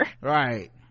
Right